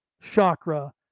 chakra